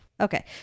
Okay